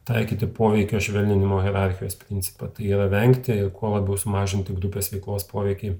taikyti poveikio švelninimo hierarchijos principo tai yra vengti kuo labiau sumažinti vat upės veiklos poveikį